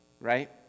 right